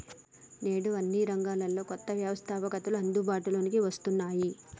నేడు అన్ని రంగాల్లో కొత్త వ్యవస్తాపకతలు అందుబాటులోకి వస్తున్నాయి